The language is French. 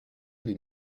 les